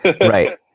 Right